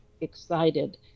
excited